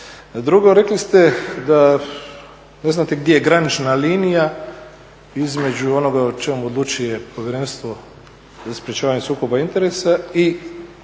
Drugo, rekli ste da ne znate gdje je granična linija između onoga o čemu odlučuje Povjerenstvo za sprečavanje sukoba interesa i